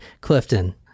Clifton